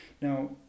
Now